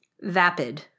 Vapid